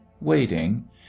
waiting